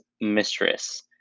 mistress